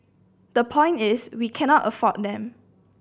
the point is we cannot afford them